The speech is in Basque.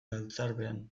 galtzarbean